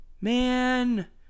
Man